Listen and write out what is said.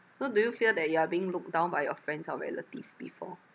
so do you feel that you are being looked down by your friends or relatives before